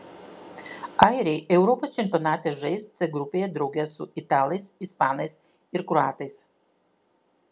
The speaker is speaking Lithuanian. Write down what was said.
airiai europos čempionate žais c grupėje drauge su italais ispanais ir kroatais